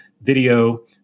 video